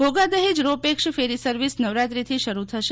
ઘોઘાદહેજ row pax ferry service નવરાત્રીથી શરુ થશે